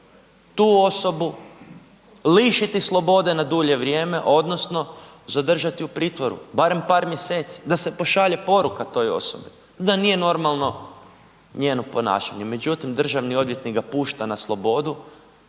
tu osobu lišiti na slobodu na dulje vrijeme odnosno zadržati u pritvoru barem par mjeseci da se pošalje poruka toj osobi, da nije normalno njeno ponašanje. Međutim, državni odvjetnik ga pušta na slobodu